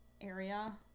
area